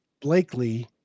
blakely